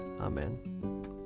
Amen